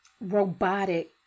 robotic